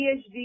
PhD